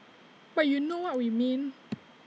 but you know what we mean